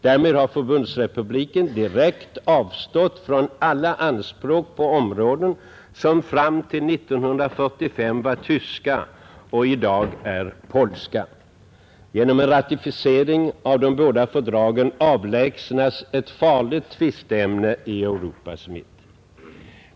Därmed har Förbundsrepubliken direkt avstått från alla anspråk på områden, som fram till 1945 var tyska och i dag är polska. Genom en ratificering av de båda fördragen avlägsnas ett farligt tvisteämne i Europas mitt.